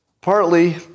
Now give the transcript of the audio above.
partly